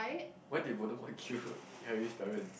why did Voldemort kill Harry's parents